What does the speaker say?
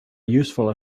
useful